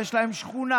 ויש להם שכונה,